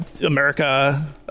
america